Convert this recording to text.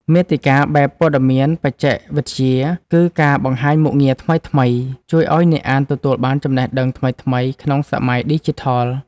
មាតិកាបែបព័ត៌មានបច្ចេកវិទ្យា និងការបង្ហាញមុខងារថ្មីៗ ជួយឱ្យអ្នកអានទទួលបានចំណេះដឹងថ្មីៗក្នុងសម័យឌីជីថល។